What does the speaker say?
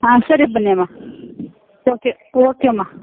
ಹಾಂ ಸರಿ ಬನ್ನಿಯಮ್ಮ ಓಕೆ ಓಕೆ ಅಮ್ಮ